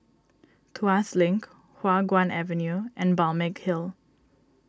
Tuas Link Hua Guan Avenue and Balmeg Hill